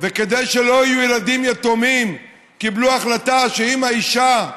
וכדי שלא יהיו ילדים יתומים קיבלו החלטה שאם האישה,